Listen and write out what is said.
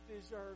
deserve